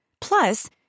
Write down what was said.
Plus